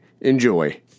Enjoy